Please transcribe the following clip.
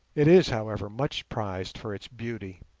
it is, however, much prized for its beauty,